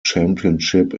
championship